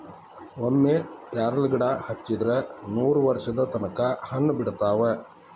ಒಮ್ಮೆ ಪ್ಯಾರ್ಲಗಿಡಾ ಹಚ್ಚಿದ್ರ ನೂರವರ್ಷದ ತನಕಾ ಹಣ್ಣ ಬಿಡತಾವ